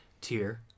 Tier